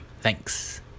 thanks